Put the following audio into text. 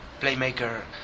playmaker